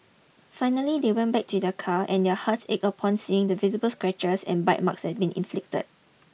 finally they went back to their car and their hearts ached upon seeing the visible scratches and bite marks that had been inflicted